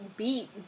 beat